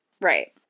Right